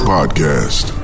Podcast